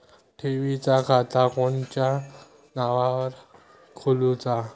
ठेवीचा खाता कोणाच्या नावार खोलूचा?